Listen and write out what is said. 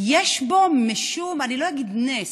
יש בו משום, אני לא אגיד נס,